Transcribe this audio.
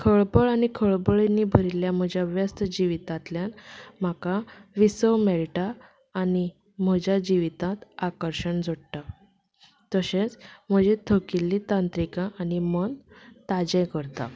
खळपळ आनी खळबळींनी भरिल्ल्या म्हज्या व्यस्त जिवितांतल्यान म्हाका विसव मेळटा आनी म्हज्या जिवितांत आकर्शण जोडटा तशेंच म्हजी थकिल्ली तांत्रिकां आनी मन ताजें करता